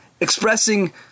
expressing